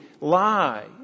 lie